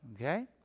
Okay